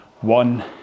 one